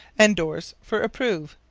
endorse for approve.